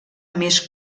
més